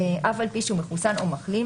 אף על פי שהוא מחוסן או מחלים,